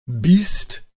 Beast